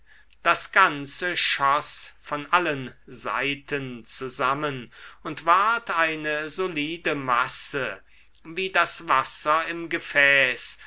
das ganze schoß von allen seiten zusammen und ward eine solide masse wie das wasser im gefäß